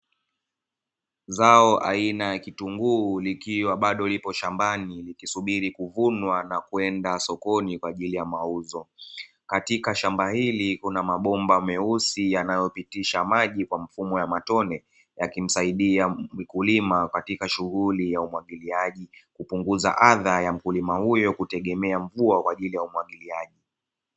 Zao aina ya kitunguu likiwa bado lipo shambani, likisubiri kuvunwa na kwenda sokoni kwa ajili ya mauzo, katika shamba hili kuna mabomba meusi yanayopitisha maji kwa mfumo wa matone, yakimsaidia mkulima katika shughuli ya umwagiliaji, kupunguza adha ya mkulima huyo kutegemea mvua kwa ajili ya umwagiliaji.